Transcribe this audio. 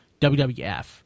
WWF